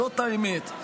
זאת האמת.